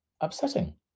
upsetting